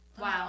Wow